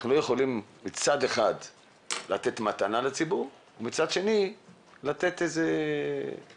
אנחנו לא יכולים מצד אחד לתת מתנה לציבור ומצד שני לתת מכה,